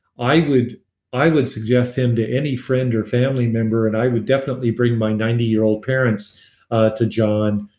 i would i would suggest him to any friend or family member and i would definitely bring my ninety year old parents to john